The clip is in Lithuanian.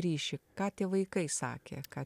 ryšį ką tie vaikai sakė ką